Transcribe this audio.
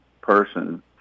person